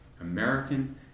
American